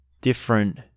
different